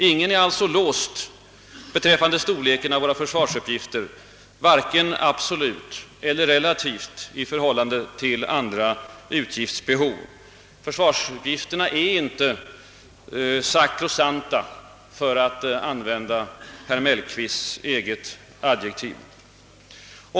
Ingen är sålunda låst beträffande storleken av våra försvarsuppgifter, vare sig absolut eller relativt i förhållande till andra utgiftsbehov. Försvarsutgifterna är inte »sakrosankta», för att använda herr Mellqvists eget adjektiv.